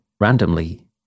randomly